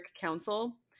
Council